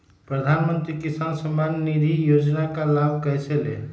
प्रधानमंत्री किसान समान निधि योजना का लाभ कैसे ले?